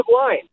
line